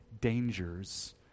dangers